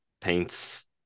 paints